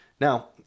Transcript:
Now